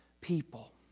people